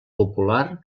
popular